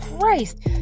Christ